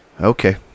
Okay